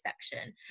section